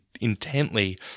intently